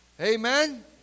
Amen